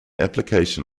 application